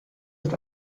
ist